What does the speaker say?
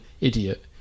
idiot